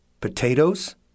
potatoes